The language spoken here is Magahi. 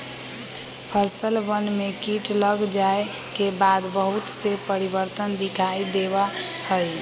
फसलवन में कीट लग जाये के बाद बहुत से परिवर्तन दिखाई देवा हई